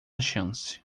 chance